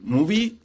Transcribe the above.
Movie